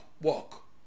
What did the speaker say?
walk